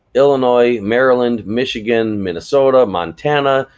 illinois, maryland, michigan, minnesota, montana,